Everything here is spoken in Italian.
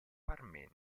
parmense